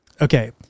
Okay